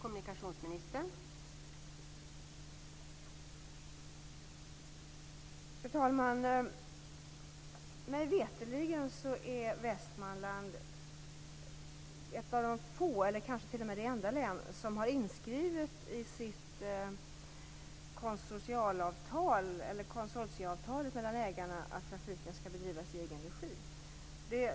Fru talman! Mig veterligen är Västmanland ett av de få län, eller kanske t.o.m. det enda länet, som har inskrivet i konsortialavtalet mellan ägarna att trafiken skall bedrivas i egen regi.